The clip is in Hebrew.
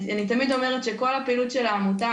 אני תמיד אומרת שכל הפעילות של העמותה,